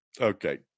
Okay